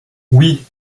oui